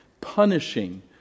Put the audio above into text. punishing